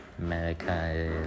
America